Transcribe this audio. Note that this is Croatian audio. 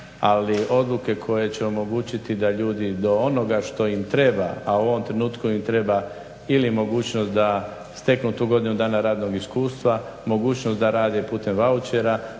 li odluke koje će omogućiti da ljudi do onoga što im treba, a u ovom trenutku im treba ili mogućnost da steknu tu godinu dana radnog iskustva, mogućnost da rade putem vaučera,